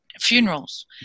funerals